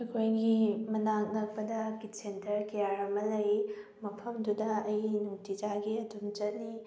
ꯑꯩꯈꯣꯏꯒꯤ ꯃꯅꯥꯛ ꯅꯛꯄꯗ ꯀꯤꯠ ꯁꯦꯟꯇꯔ ꯀꯌꯥꯔ ꯑꯃ ꯂꯩ ꯃꯐꯝꯗꯨꯗ ꯑꯩ ꯅꯨꯡꯇꯤꯖꯥꯏꯒꯤ ꯑꯗꯨꯝ ꯆꯠꯂꯤ